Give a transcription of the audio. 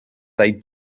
they